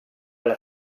alla